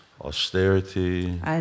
austerity